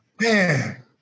Man